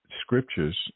scriptures